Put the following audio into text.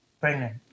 Pregnant